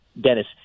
Dennis